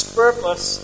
purpose